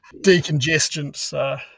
decongestants